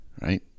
right